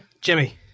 Jimmy